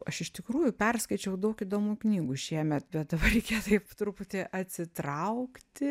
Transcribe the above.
aš iš tikrųjų perskaičiau daug įdomų knygų šiemet bet dabar reikia taip truputį atsitraukti